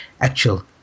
actual